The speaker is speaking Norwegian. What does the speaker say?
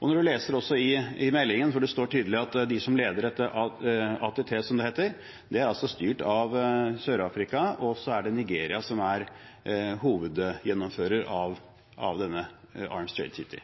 leser meldingen, står det tydelig at ATT, som det heter, er styrt av Sør-Afrika, og så er det Nigeria som er hovedgjennomfører av denne Arms Trade Treaty.